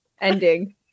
Ending